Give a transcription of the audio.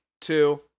Two